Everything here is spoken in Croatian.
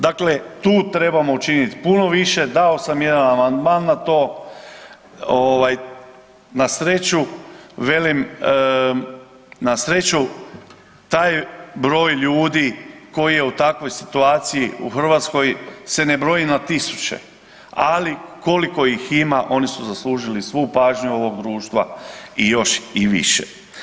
Dakle, tu trebamo učinit puno više, dao sam ja amandman na to, ovaj, na sreću velim, na sreću taj broj ljudi koji je u takvoj situaciji u Hrvatskoj se ne broji na tisuće ali, koliko ih ima oni su zaslužili svu pažnju ovog društva i još i više.